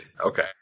Okay